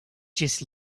just